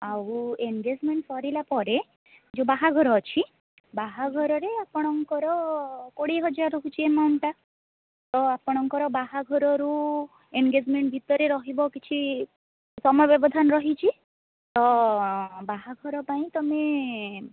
ଆଉ ଏନ୍ଗେଜ୍ମେଣ୍ଟ୍ ସରିଲା ପରେ ଯେଉଁ ବାହାଘର ଅଛି ବାହାଘରରେ ଆପଣଙ୍କର କୋଡ଼ିଏ ହଜାର ରହୁଛି ଆମାଉଣ୍ଟ୍ଟା ତ ଆପଣଙ୍କର ବାହାଘରରୁ ଏନ୍ଗେଜ୍ମେଣ୍ଟ୍ ଭିତରେ ରହିବ କିଛି ସମୟ ବ୍ୟବଧାନ ରହିଛି ତ ବାହାଘର ପାଇଁ ତୁମେ